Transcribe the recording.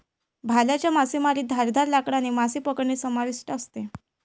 भाल्याच्या मासेमारीत धारदार लाकडाने मासे पकडणे समाविष्ट असते